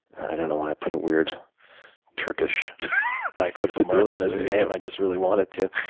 i don't know why i put a weird turkish crescent mark on his name. i just really wanted to.